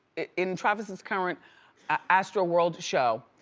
in travis' current astroworld show,